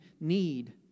need